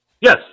Yes